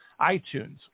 iTunes